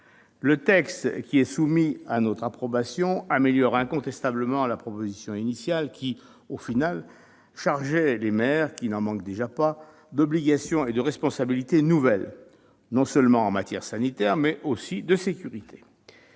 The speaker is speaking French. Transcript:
Le texte soumis à notre approbation améliore incontestablement la proposition initiale, qui, au final, chargeait les maires, qui n'en manquent déjà pas, d'obligations et de responsabilités nouvelles non seulement en matière sanitaire, mais aussi en matière